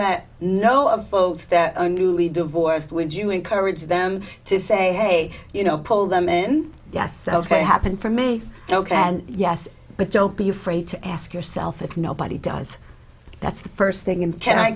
that know of folks that only divorced would you encourage them to say hey you know pull them in yes it happened for me ok yes but don't be afraid to ask yourself if nobody does that's the first thing and